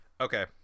Okay